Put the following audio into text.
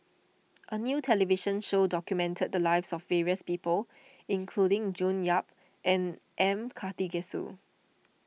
a new television show documented the lives of various people including June Yap and M Karthigesu